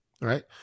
Right